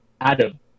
Adam